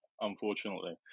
unfortunately